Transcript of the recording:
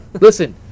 Listen